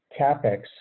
CAPEX